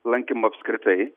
lankymo apskritai